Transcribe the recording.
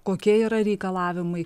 kokie yra reikalavimai